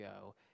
go